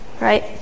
right